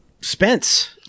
Spence